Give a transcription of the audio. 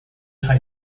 tie